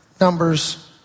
Numbers